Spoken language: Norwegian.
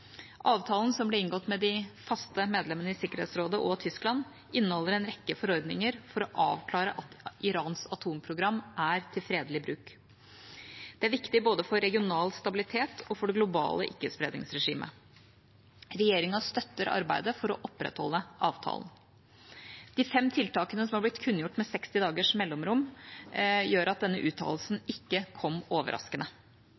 Avtalen, som ble inngått med de faste medlemmene i Sikkerhetsrådet og Tyskland, inneholder en rekke forordninger for å avklare at Irans atomprogram er til fredelig bruk. Det er viktig både for regional stabilitet og for det globale ikke-spredningsregimet. Regjeringa støtter arbeidet for å opprettholde avtalen. De fem tiltakene, som har blitt kunngjort med 60 dagers mellomrom, gjør at denne